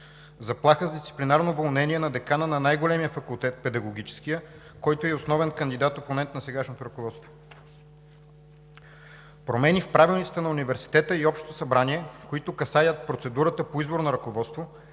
Заплаха с дисциплинарно уволнение на декана на най-големия факултет – Педагогическия, който е и основен кандидат-опонент на сегашното ръководство. Промени в правилниците на университета и Общото събрание, които касаят процедурата по избор на ръководство,